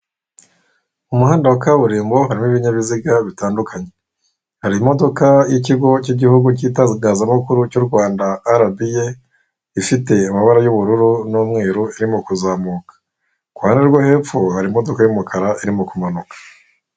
Umuhanda wa kaburimbo harimo ibinyabiziga bitandukanye, hari imodoka y'ikigo cy'igihugu cy'itangazamakuru cy'u Rwanda RBA, ifite amabara y'ubururu n'umweru irimo kuzamuka, ku ruhande rwo hepfo hari imodoka y'umukara irimo kuzamuka.